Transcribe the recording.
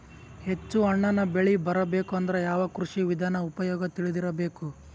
ಹೆಚ್ಚು ಹಣ್ಣನ್ನ ಬೆಳಿ ಬರಬೇಕು ಅಂದ್ರ ಯಾವ ಕೃಷಿ ವಿಧಾನ ಉಪಯೋಗ ತಿಳಿದಿರಬೇಕು?